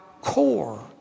core